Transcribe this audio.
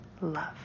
love